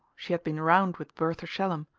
she had been round with bertha shallum,